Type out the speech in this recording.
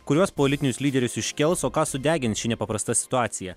kuriuos politinius lyderius iškels o ką sudeginti ši nepaprasta situacija